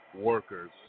workers